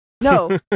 no